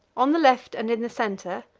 on the left, and in the centre,